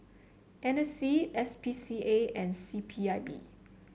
N C S P C A and C P I B